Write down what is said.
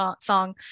song